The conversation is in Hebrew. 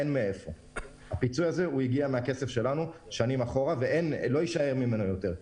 הפיצוי הגיע מהכסף שלנו ולא יישאר ממנו יותר.